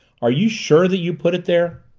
are you sure that you put it there?